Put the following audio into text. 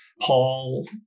Paul